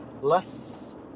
less